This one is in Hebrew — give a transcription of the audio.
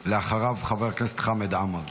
ואחריו, חבר הכנסת חמד עמאר.